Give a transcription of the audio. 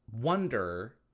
wonder